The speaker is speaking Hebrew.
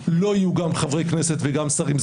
לא יהיו גם חברי כנסת וגם שרים.